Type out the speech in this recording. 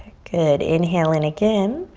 good, inhale in again,